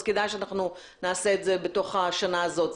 אז כדאי שנעשה את זה בתוך השנה הזאת.